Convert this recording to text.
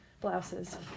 blouses